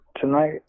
tonight